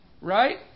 right